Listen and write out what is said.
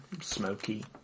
smoky